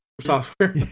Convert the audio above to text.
software